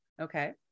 okay